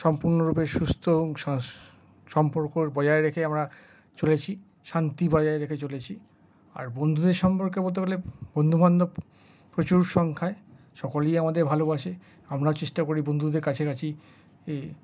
সম্পূর্ণরূপে সুস্থ ও সম্পর্ক বজায় রেখে আমরা চলেছি শান্তি বজায় রেখে চলেছি আর বন্ধুদের সম্পর্কে বলতে গেলে বন্ধুবান্ধব প্রচুর সংখ্যায় সকলেই আমাদের ভালোবাসে আমরাও চেষ্টা করি বন্ধুদের কাছাকাছি